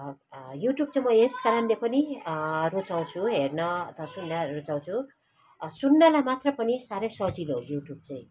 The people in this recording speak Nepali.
युट्युब चाहिँ म यस कारणले पनि रुचाउँछु हेर्न अथवा सुन्न रुचाउँछु सुन्नलाई मात्र पनि साह्रै सजिलो युट्युब चाहिँ